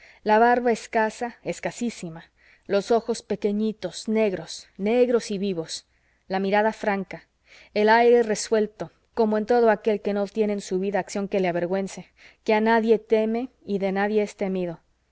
la barba escasa escasísima los ojos pequeñitos negros negros y vivos la mirada franca el aire resuelto como en todo aquel que no tiene en su vida acción que le avergüence que a nadie teme y de nadie es temido